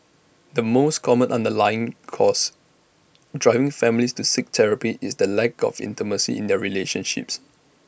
the most common underlying cause driving families to seek therapy is the lack of intimacy in their relationships